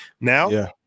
now